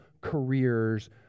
careers